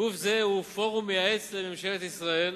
גוף זה הוא פורום מייעץ לממשלת ישראל